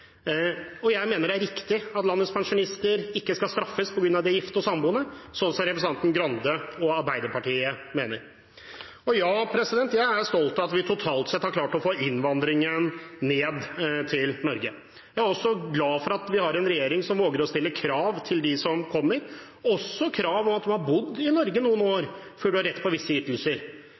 pensjonister. Jeg mener det er riktig at landets pensjonister ikke skal straffes på grunn av at de er gifte eller samboende, som representanten Grande og Arbeiderpartiet mener. Og ja, jeg er stolt av at vi totalt sett har klart å få ned innvandringen til Norge. Jeg er også glad for at vi har en regjering som våger å stille krav til dem som kommer, også krav om at man må ha bodd i Norge noen år før man har rett til visse